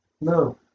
No